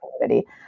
community